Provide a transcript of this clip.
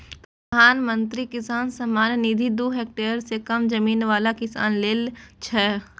प्रधानमंत्री किसान सम्मान निधि दू हेक्टेयर सं कम जमीन बला किसान लेल छै